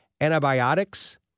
antibiotics